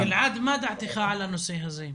גלעד, מה דעתך על הנושא הזה?